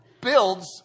builds